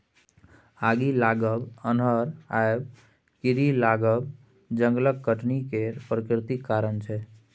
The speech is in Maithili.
आगि लागब, अन्हर आएब, कीरी लागब जंगलक कटनी केर प्राकृतिक कारण छै